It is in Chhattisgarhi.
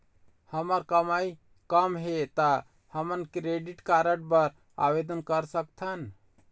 हमर कमाई कम हे ता हमन क्रेडिट कारड बर आवेदन कर सकथन?